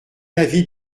l’avis